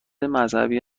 مذهبی